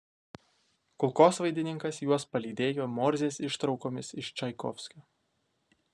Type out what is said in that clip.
kulkosvaidininkas juos palydėjo morzės ištraukomis iš čaikovskio